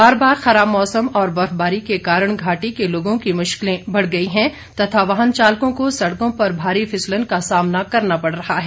बार बार खराब मौसम और बर्फबारी के कारण घाटी के लोगों की मुश्किलें बढ़ गई हैं तथा वाहन चालकों को सड़कों पर भारी फिसलन का सामना करना पड़ रहा है